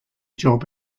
job